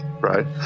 right